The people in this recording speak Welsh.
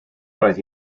roedd